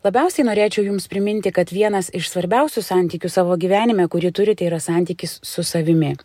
labiausiai norėčiau jums priminti kad vienas iš svarbiausių santykių savo gyvenime kurį turite yra santykis su savimi